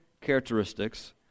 characteristics